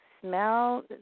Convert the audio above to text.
smell